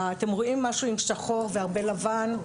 אתם רואים משהו עם שחור והרבה לבן,